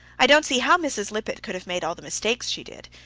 i don't see how mrs. lippett could have made all the mistakes she did,